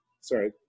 Sorry